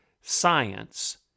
science